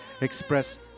express